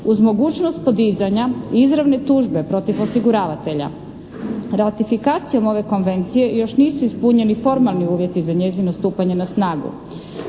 uz mogućnost podizanja izravne tužbe protiv osiguravatelja. Ratifikacijom ove konvencije još nisu ispunjeni formalni uvjeti za njezino stupanje na snagu.